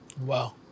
wow